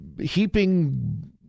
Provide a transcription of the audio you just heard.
heaping